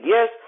Yes